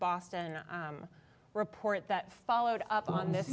boston report that followed up on this